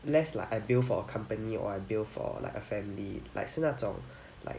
less like ideal for a company or ideal for like a family like 是那种 like